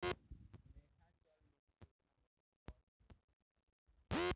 लेखा चल निधी योजना बहुत बड़ योजना हवे